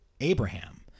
Abraham